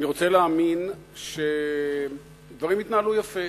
ואני רוצה להאמין שדברים יתנהלו יפה